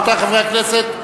רבותי חברי הכנסת,